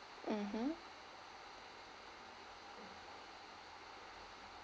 mmhmm